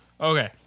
Okay